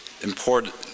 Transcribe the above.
important